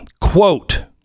Quote